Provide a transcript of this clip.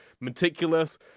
meticulous